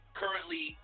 currently